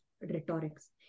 rhetorics